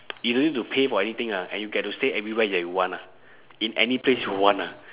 you don't need to pay for anything lah and you get to stay everywhere that you want ah in any place you want ah